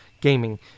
gaming